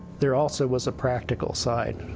there also was a practical side,